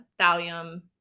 thallium